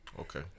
Okay